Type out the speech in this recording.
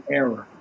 error